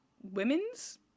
women's